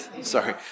Sorry